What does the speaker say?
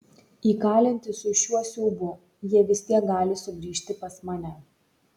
įkalinti su šiuo siaubu jie vis tiek gali sugrįžti pas mane